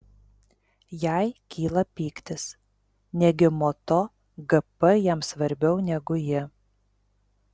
jai kyla pyktis negi moto gp jam svarbiau negu ji